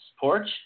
porch